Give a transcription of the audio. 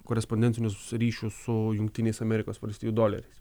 korespondentinius ryšius su jungtinės amerikos valstijų doleriais